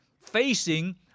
facing